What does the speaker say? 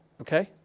Okay